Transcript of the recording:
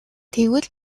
тэгвэл